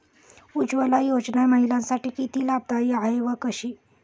उज्ज्वला योजना महिलांसाठी किती लाभदायी आहे व कशी?